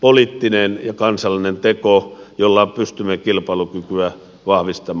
poliittinen ja kansallinen teko jolla pystymme kilpailukykyä vahvistamaan